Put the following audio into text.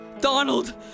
Donald